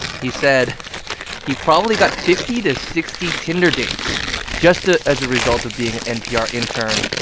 he said he probably got fifty to sixty tinder dates just ah as a result of being an npr intern